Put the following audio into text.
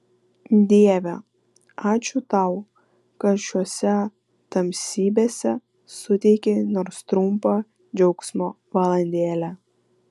dieve ačiū tau kad šiose tamsybėse suteikei nors trumpą džiaugsmo valandėlę